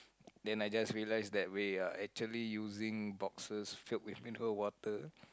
then I just realise that we are actually using boxes filled with mineral water